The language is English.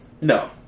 No